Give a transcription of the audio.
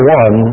one